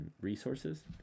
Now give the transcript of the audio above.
resources